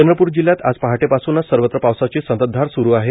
चंद्रपूर जिल्ह्यात आज पहाटेपासूनच सर्वत्र पावसाची संततधार सुरू आहेत